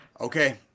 okay